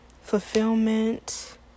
Fulfillment